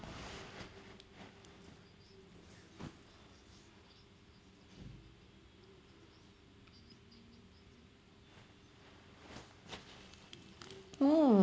oh